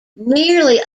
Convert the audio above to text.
nearly